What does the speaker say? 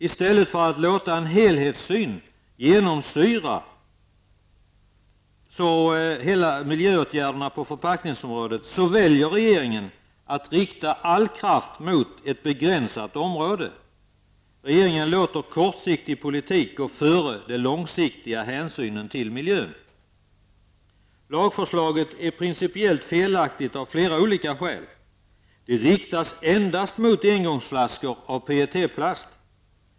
I stället för att låta en helhetssyn genomsyra miljöåtgärderna på förpackningsområdet, väljer regeringen att rikta all kraft mot ett begränsat område. Regeringen låter kortsiktig politik gå före den långsiktiga hänsynen till miljön. Lagförslaget är principiellt felaktigt av flera olika skäl. Det riktas endast mot engångsflaskor av PET plast.